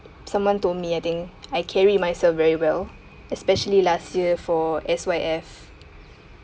someone told me I think I carry myself very well especially last year for S_Y_F